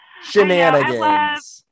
shenanigans